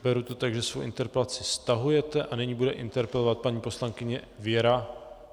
Beru to tak, že svou interpelaci stahujete, a nyní bude interpelovat paní poslankyně Věra...